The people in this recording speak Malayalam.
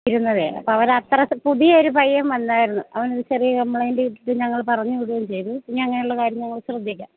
ഇരുന്നതേ അപ്പോഴവരത്ര പുതിയൊരു പയ്യൻ വന്നായിരുന്നു അവനൊരു ചെറിയ കമ്പ്ലൈൻ്റ് കിട്ടിയിട്ട് ഞങ്ങള് പറഞ്ഞു വിടുകയും ചെയ്തു ഇനി അങ്ങനെയുള്ള കാര്യം ഞങ്ങള് ശ്രദ്ധിക്കാം